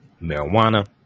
marijuana